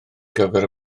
gyfer